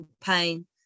pain